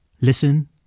Listen